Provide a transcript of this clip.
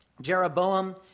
Jeroboam